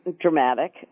dramatic